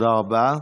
תודה רבה.